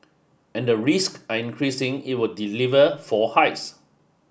and the risk are increasing it will deliver four hikes